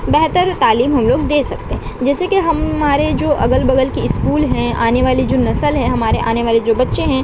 بہتر تعلیم ہم لوگ دے سکتے ہیں جیسے کہ ہمارے جو اگل بگل کے اسکول ہیں آنے والے جو نسل ہے ہمارے آنے والے جو بچے ہیں